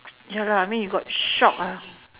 ya lah I mean you got shock ah